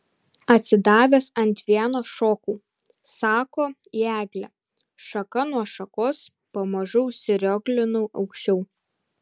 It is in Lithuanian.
atsidavęs ant vieno šokau sako į eglę šaka nuo šakos pamažu užsirioglinau aukščiau